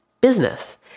business